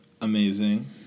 Amazing